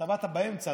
אתה באת באמצע.